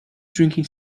drinking